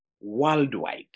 worldwide